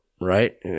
right